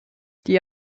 die